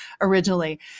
originally